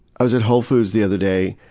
i was at whole foods the other day,